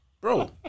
bro